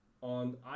on